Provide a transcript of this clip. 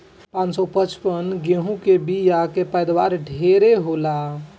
पान सौ पचपन गेंहू के बिया के पैदावार ढेरे होला